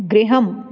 गृहम्